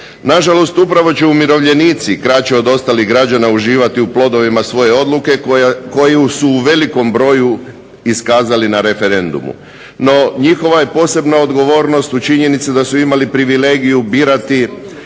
Na žalost upravo će umirovljenici kraće od ostalih građana uživati u plodovima svoje odluke koju su u velikom broju iskazali na referendumu. NO, njihova je posebna odgovornost u činjenici da su imali privilegiju birati